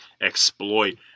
exploit